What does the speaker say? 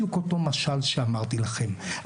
תודה רבה.